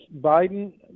biden